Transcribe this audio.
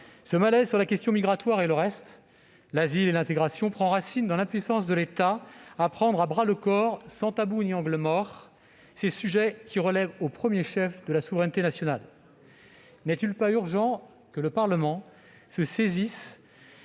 Ce malaise sur la question migratoire et le reste, l'asile et l'intégration, prend racine dans l'impuissance de l'État à prendre à bras-le-corps « sans tabou ni angle mort » ces sujets qui relèvent au premier chef de la souveraineté nationale. N'est-il pas urgent, au titre de sa mission